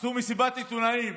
עשו מסיבת עיתונאים,